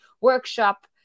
workshop